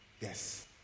Yes